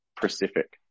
Pacific